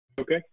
Okay